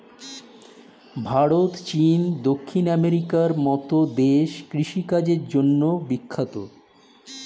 ভারত, চীন, দক্ষিণ আমেরিকার মতো দেশ কৃষি কাজের জন্যে বিখ্যাত